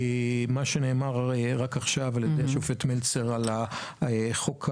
מה שנאמר רק עכשיו על ידי השופט מלצר על סעיף